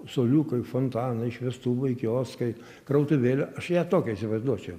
suoliukai fontanai šviestuvai kioskai krautuvėlė aš ją tokią įsivaizduočiau